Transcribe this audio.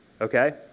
okay